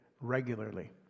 regularly